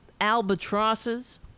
albatrosses